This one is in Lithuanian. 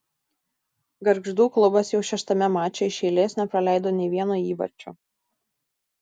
gargždų klubas jau šeštame mače iš eilės nepraleido nei vieno įvarčio